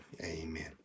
amen